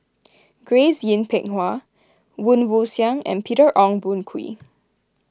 Grace Yin Peck Ha Woon Wah Siang and Peter Ong Boon Kwee